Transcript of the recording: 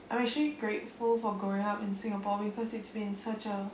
I'm actually grateful for growing up in singapore because it's been such a